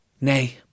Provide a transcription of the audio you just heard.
Nay